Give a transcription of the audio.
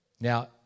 Now